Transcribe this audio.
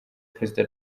perezida